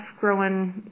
growing